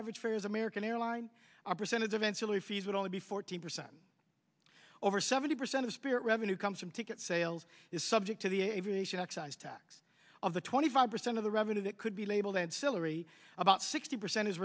average fares american airlines are percentage eventually fees would only be forty percent over seventy percent of spirit revenue comes from ticket sales is subject to the aviation excise tax of the twenty five percent of the revenue that could be labeled and celery about sixty percent is